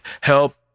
help